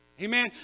Amen